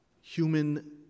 Human